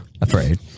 Afraid